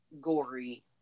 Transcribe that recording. gory